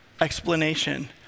explanation